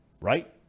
Right